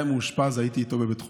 הוא היה מאושפז, הייתי איתו בבית חולים,